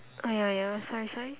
uh ya ya sorry sorry